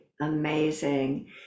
amazing